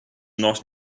not